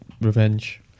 Revenge